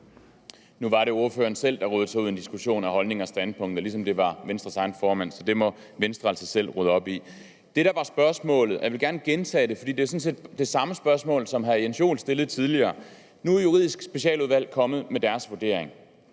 Nu var det ordføreren selv, der rodede sig ud i en diskussion af holdning og standpunkt, ligesom det var Venstres egen formand, så det må Venstre altså selv rydde op i. Det, der var spørgsmålet – og jeg vil gerne gentage det, for det er sådan set det samme spørgsmål, som hr. Jens Joel stillede tidligere – var: Nu er Juridisk Specialudvalg kommet med deres vurdering,